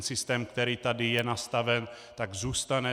Systém, který tady je nastaven, tak zůstane.